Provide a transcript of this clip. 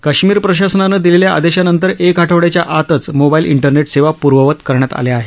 कश्मीर प्रशासनानं दिलेल्या आदेशानंतर एक आठवड्याच्या आतच मोबाईल इंटरनेट सेवा पर्ववत करण्यात आल्या आहेत